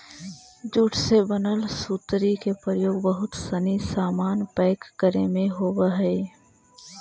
jute से बनल सुतरी के प्रयोग बहुत सनी सामान पैक करे में होवऽ हइ